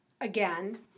again